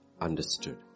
understood